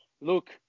look